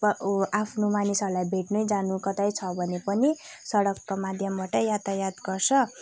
आफ्नो मानिसहरूलाई भेट्नु जानु कतै छ भने पनि सडकको माध्यमबाटै यातायात गर्छ